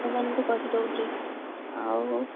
ଏମାନଙ୍କୁ କହି ଦେଉଛି ଆଉ